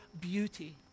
beauty